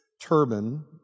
turban